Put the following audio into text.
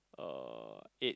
uh